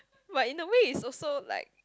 but in a way is also like